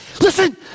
Listen